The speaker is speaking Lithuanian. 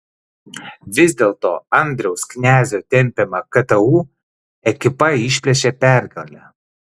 vis dėlto andriaus knezio tempiama ktu ekipa išplėšė pergalę